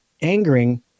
angering